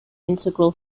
integral